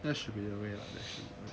that should be the way lah